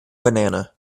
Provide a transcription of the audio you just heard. banana